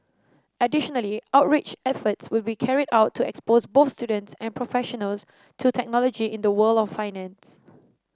additionally outreach efforts will be carried out to expose both students and professionals to technology in the world of finance